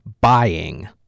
buying